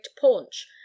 paunch